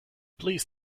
please